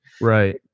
right